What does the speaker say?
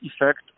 effect